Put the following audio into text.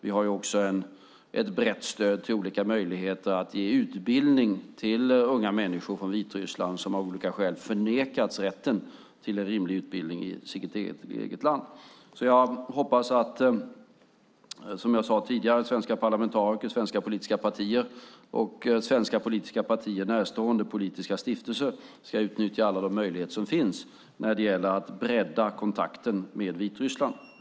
Vi har också ett brett stöd när det gäller olika möjligheter att ge utbildning till unga människor från Vitryssland som av olika skäl förnekats rätten till en rimlig utbildning i sitt eget land. Jag hoppas, som jag sade tidigare, att svenska parlamentariker, svenska politiska partier och svenska politiska partiers närstående politiska stiftelser ska utnyttja alla de möjligheter som finns när det gäller att bredda kontakten med Vitryssland.